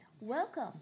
Welcome